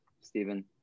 Stephen